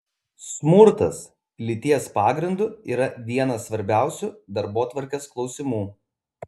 smurtas lyties pagrindu yra vienas svarbiausių darbotvarkės klausimų